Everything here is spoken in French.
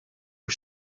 aux